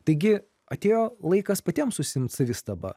taigi atėjo laikas patiems užsiimti savistaba